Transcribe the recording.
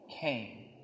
came